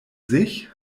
sich